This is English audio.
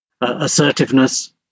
assertiveness